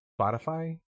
Spotify